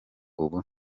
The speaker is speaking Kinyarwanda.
ubu